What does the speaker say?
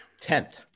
Tenth